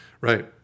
right